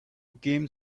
came